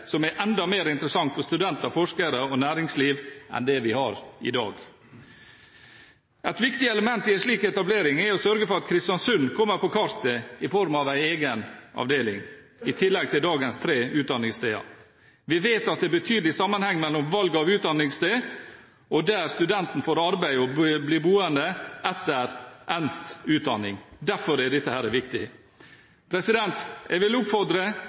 som er enda mer interessant for studenter, forskere og næringsliv enn det vi har i dag. Et viktig element i en slik etablering er å sørge for at Kristiansund kommer på kartet i form av en egen avdeling i tillegg til dagens tre utdanningssteder. Vi vet at det er betydelig sammenheng mellom valg av utdanningssted og hvor studenten får arbeid og blir boende etter endt utdanning, derfor er dette viktig. Jeg vil oppfordre